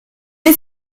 est